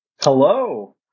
Hello